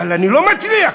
אבל אני לא מצליח.